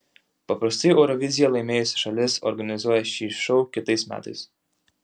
paprastai euroviziją laimėjusi šalis organizuoja šį šou kitais metais